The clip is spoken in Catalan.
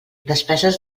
despeses